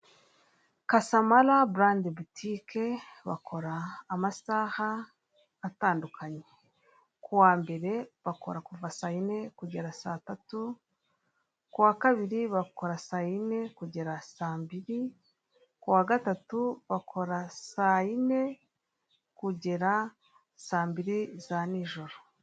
Casmara Brands Boutique bakora amasaha atandukanye, ku wa Mbere bakora kuva Saa yine kugera Saa tatu, ku wa Kabiri Saa yine kugera saa mbiri, Ku wa Gatatu bakora Saa yine kugera saa mbili za nijoro.